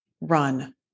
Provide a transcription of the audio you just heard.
run